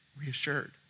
Reassured